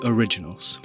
Originals